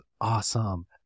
awesome